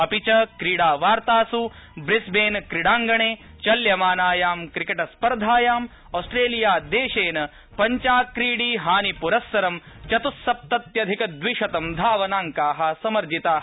अपि च क्रीडावार्तास् ब्रिसवर्त क्रीडांगण चल्यमानायां क्रिक्टर्सपर्धायां ऑस्ट्रलियादश्म पञ्चाक्रीडि हानिप्रस्सर चतुस्सप्तति अधिक द्विशतं धावनांका समर्जिता